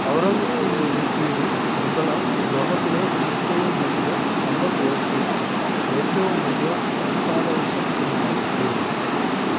ഔറംഗസീബിന്റെ കീഴിൽ മുഗളർ ലോകത്തിലെ ഏറ്റവും വലിയ സമ്പദ്വ്യവസ്ഥയും ഏറ്റവും വലിയ ഉത്പാദന ശക്തിയുമായി തീർന്നു